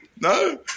No